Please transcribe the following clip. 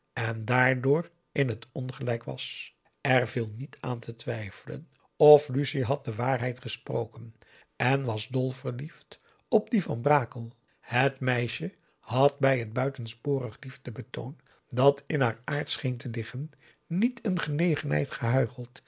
en daardoor in het ongelijk was er viel niet aan te twijfelen of lucie had de waarheid gesproken en was dol verliefd op dien van brakel het meisje had bij het buitensporig liefdebetoon dat in haar aard scheen te liggen niet een genegenheid gehuicheld